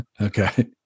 okay